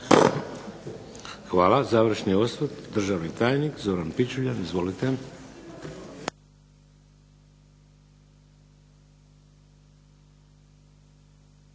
Hvala. Završni osvrt, državni tajnik Zoran Pičuljan. Izvolite.